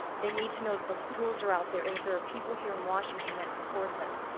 they need to know that those tools are out there and that there are people here in washington that support them.